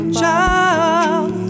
child